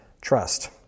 trust